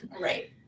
Right